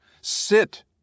Sit